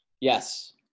Yes